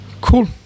Cool